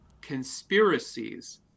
conspiracies